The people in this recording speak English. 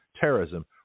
terrorism